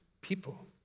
people